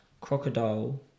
Crocodile